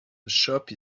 shop